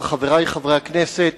בוועדת הכלכלה או בוועדת העבודה?